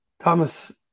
Thomas